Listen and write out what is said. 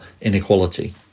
inequality